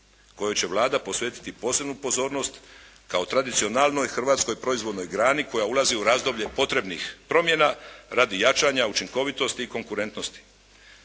kojoj će Vlada posvetiti posebnu pozornost kao tradicionalnoj hrvatskoj proizvodnoj grani koja ulazi u razdoblje potrebnih promjena radi jačanja učinkovitosti i konkurentnosti.